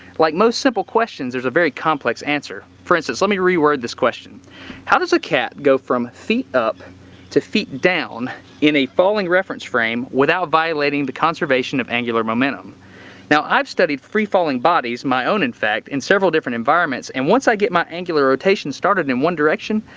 like most simple questions there's a very complex answer for instance let me reword this question how does a cat go from feet up to feet down in a falling reference frame without violating the conservation of angular momentum now i've studied free falling bodies, my own in fact in several different environments and once i get my angular rotation started in one direction,